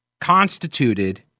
constituted